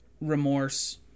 remorse